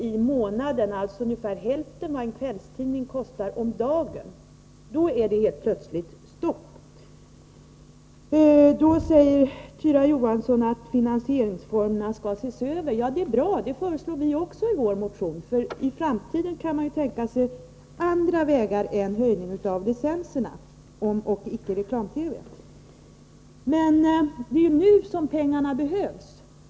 i månaden -— alltså ungefär hälften av vad en kvällstidning kostar om dagen — är det helt plötsligt stopp. Då säger Tyra Johansson att finansieringsformerna skall ses över. Det är bra. Det föreslår vi också i vår motion. I framtiden kan man tänka sig andra vägar än höjning av licenserna — om ock icke reklam. Men det är nu pengarna behövs.